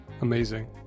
Amazing